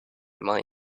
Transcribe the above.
mind